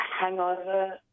hangover